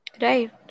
Right